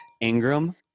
Ingram